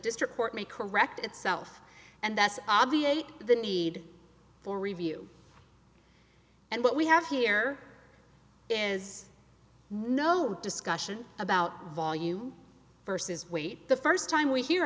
district court may correct itself and thus obviate the need for review and what we have here is no discussion about volume versus weight the first time we hear